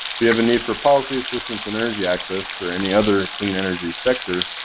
you have a need for policy assistance in energy access, or any other clean energy sector,